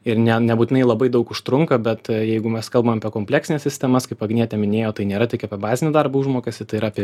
ir ne nebūtinai labai daug užtrunka bet jeigu mes kalbam apie kompleksines sistemas kaip agnietė minėjo tai nėra tik apie bazinį darbo užmokestį tai yra apie